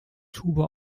tube